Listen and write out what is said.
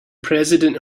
president